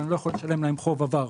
אני לא יכול לשלם להם חוב עבר.